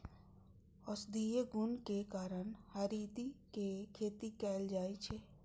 औषधीय गुणक कारण हरदि के खेती कैल जाइ छै